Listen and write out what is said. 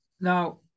now